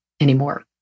anymore